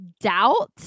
doubt